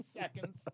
seconds